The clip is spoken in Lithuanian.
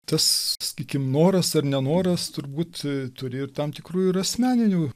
tas sakykim noras ar nenoras turbūt turi ir tam tikrų ir asmeninių